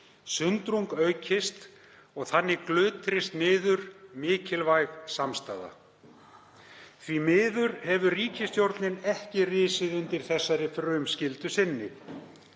sundrung aukist og þannig glutrist niður mikilvæg samstaða. Því miður hefur ríkisstjórnin ekki risið undir þessari frumskyldu sinni.